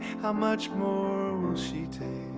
how much more she take?